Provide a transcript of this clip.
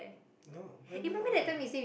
no why would I